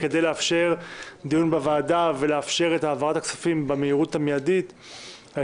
כדי לאפשר דיון בוועדה ולאפשר את העברת הכספים במהירות האפשרית.